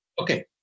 Okay